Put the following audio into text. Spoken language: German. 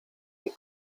die